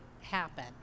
happen